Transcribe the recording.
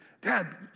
dad